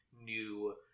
new